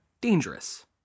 dangerous